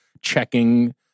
checking